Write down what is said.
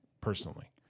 personally